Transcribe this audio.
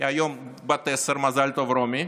בת עשר היום, מזל טוב, רומי,